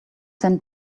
sent